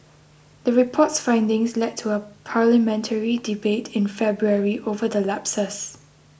the report's findings led to a parliamentary debate in February over the lapses